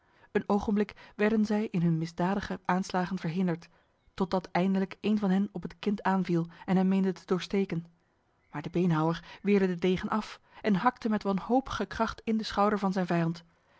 een ogenblik werden zij in hun misdadige aanslagen verhinderd totdat eindelijk een van hen op het kind aanviel en hem meende te doorsteken maar de beenhouwer weerde de degen af en hakte met wanhopige kracht in de schouder van zijn vijand